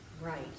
right